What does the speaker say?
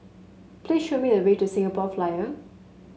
please show me the way to The Singapore Flyer